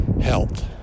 health